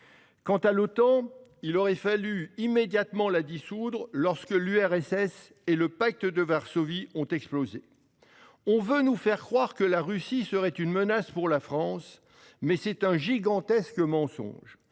Quant à l'Otan, il aurait fallu immédiatement la dissoudre lorsque l'URSS et le pacte de Varsovie ont explosé. On veut nous faire croire que la Russie serait une menace pour la France, mais c'est un gigantesque mensonge